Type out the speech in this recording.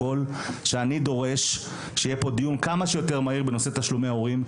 אני דורש שיהיה פה דיון כמה שיותר מהר בנושא תשלומי הורים.